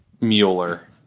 Mueller